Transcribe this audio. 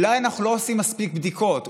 אולי אנחנו לא עושים מספיק בדיקות,